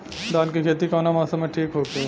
धान के खेती कौना मौसम में ठीक होकी?